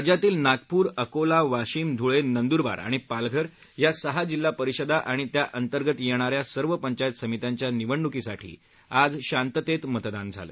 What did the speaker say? राज्यातील नागप्र अकोला वाशिम धुळे नंदुरबार आणि पालघर या सहा जिल्हा परिषदा आणि त्या अंतर्गत येणाऱ्या सर्व पंचायत समित्यांच्या निवडणुकीसाठी आज शांततेत मतदान झालं